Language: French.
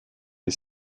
les